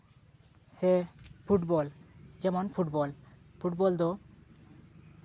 ᱥᱮ ᱯᱷᱩᱴᱵᱚᱞ ᱡᱮᱢᱚᱱ football football ᱫᱚ